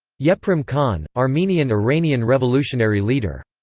yeprem khan armenian iranian revolutionary leader.